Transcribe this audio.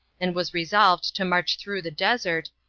and was resolved to march through the desert,